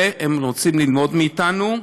והם רוצים ללמוד מאתנו.